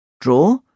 Draw